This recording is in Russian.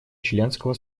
членского